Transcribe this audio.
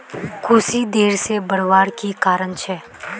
कुशी देर से बढ़वार की कारण छे?